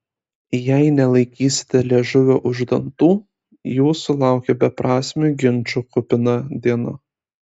jei nelaikysite liežuvio už dantų jūsų laukia beprasmių ginčų kupina diena